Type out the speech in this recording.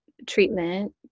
treatment